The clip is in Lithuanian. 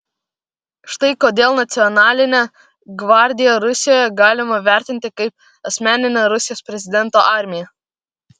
štai kodėl nacionalinę gvardiją rusijoje galima vertinti kaip asmeninę rusijos prezidento armiją